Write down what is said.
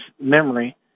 memory